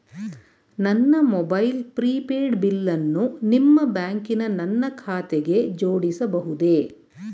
ನನ್ನ mobile prepaid ಬಿಲ್ಲನ್ನು ನಿಮ್ಮ ಬ್ಯಾಂಕಿನ ನನ್ನ ಖಾತೆಗೆ ಜೋಡಿಸಬಹುದೇ?